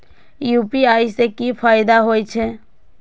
UPI से की फायदा हो छे?